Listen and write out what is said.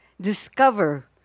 discover